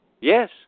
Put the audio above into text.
Yes